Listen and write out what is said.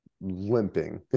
limping